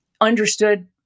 understood